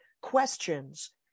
questions